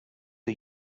are